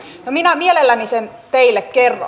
no minä mielelläni sen teille kerron